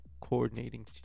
coordinating